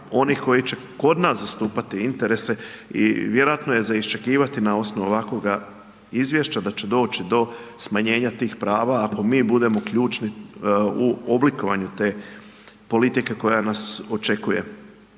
onih koji će kod nas zastupati interese. I vjerojatno je za iščekivati na osnovu ovakvoga izvješća da će doći do smanjenja tih prava ako mi budemo ključni u oblikovanju te politike koja nas očekuje.